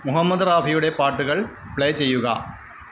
മുഹമ്മദ് റാഫിയുടെ പാട്ടുകൾ പ്ലേ ചെയ്യുക